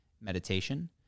meditation